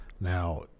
Now